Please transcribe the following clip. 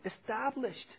established